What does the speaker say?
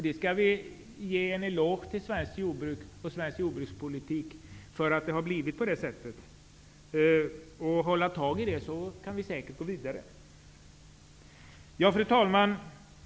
Vi skall ge en eloge till svenskt jordbruk och svensk jordbrukspolitik för att det blivit på det sättet. Tar vi tag i detta kan vi säkert gå vidare. Herr talman!